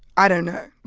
i don't know